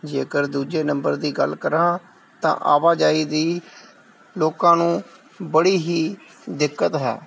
ਜੇਕਰ ਦੂਜੇ ਨੰਬਰ ਦੀ ਗੱਲ ਕਰਾਂ ਤਾਂ ਆਵਾਜਾਈ ਦੀ ਲੋਕਾਂ ਨੂੰ ਬੜੀ ਹੀ ਦਿੱਕਤ ਹੈ